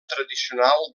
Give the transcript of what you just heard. tradicional